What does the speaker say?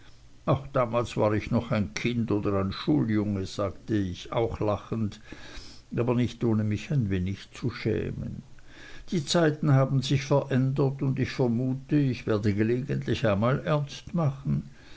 ach damals war ich noch ein kind oder ein schuljunge sagte ich auch lachend aber nicht ohne mich ein wenig zu schämen die zeiten haben sich verändert und ich vermute ich werde gelegentlich einmal entsetzlich ernst machen